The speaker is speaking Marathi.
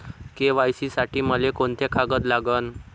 के.वाय.सी साठी मले कोंते कागद लागन?